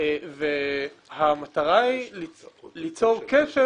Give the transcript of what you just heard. - הוא היה מסייע לרצח,